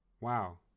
wow